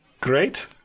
great